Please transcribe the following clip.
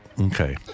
Okay